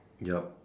yup